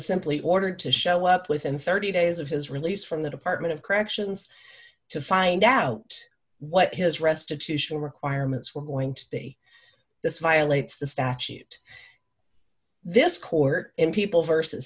simply ordered to show up within thirty days of his release from the department of corrections to find out what his restitution requirements were going to be this violates the statute this court in people versus